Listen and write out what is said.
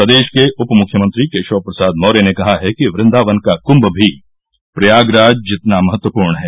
प्रदेश के उपमुख्यमंत्री केशव प्रसाद मौर्य ने कहा है कि वृंदावन का कुंभ भी प्रयागराज जितना महत्वपूर्ण है